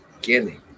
beginning